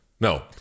No